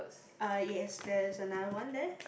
er yes there is another one there